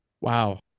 Wow